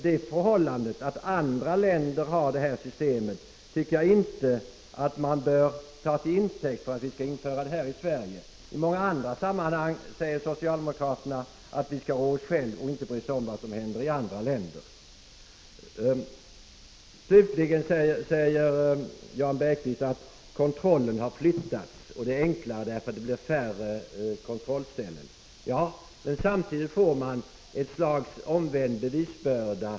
Det förhållandet att andra länder har detta system tycker jag inte man bör ta till intäkt för att införa det här i Sverige. I många andra sammanhang säger socialdemokraterna att vi skall rå oss själva och inte bry oss om vad som händer i andra länder. Slutligen säger Jan Bergqvist att kontrollen har flyttats och att det är enklare, eftersom det blir färre kontrollställen. Men samtidigt får vi ett slags omvänd bevisbörda.